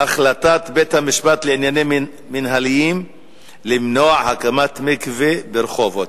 החלטת בית-המשפט לעניינים מינהליים למנוע הקמת מקווה ברחובות.